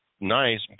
nice